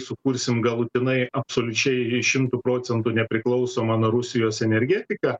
sukursim galutinai absoliučiai šimtu procentų nepriklausomą nuo rusijos energetiką